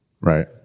Right